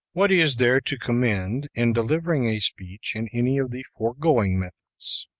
what is there to commend in delivering a speech in any of the foregoing methods?